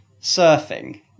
surfing